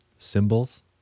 symbols